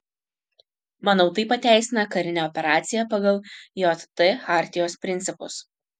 manau tai pateisina karinę operaciją pagal jt chartijos principus